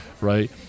right